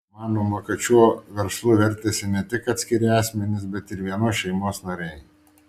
manoma kad šiuo verslu vertėsi ne tik atskiri asmenys bet ir vienos šeimos nariai